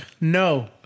No